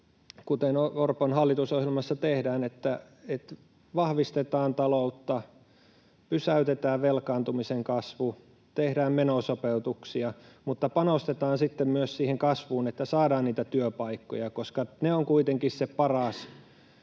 kuten Orpon hallitusohjelmassa tehdään, että vahvistetaan taloutta, pysäytetään velkaantumisen kasvu, tehdään menosopeutuksia mutta panostetaan sitten myös siihen kasvuun, että saadaan niitä työpaikkoja, koska ne ovat kuitenkin se paras